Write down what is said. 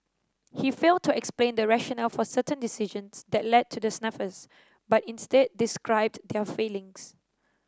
he failed to explain the rationale for certain decisions that led to the snafus but instead described their failings